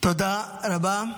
תודה רבה.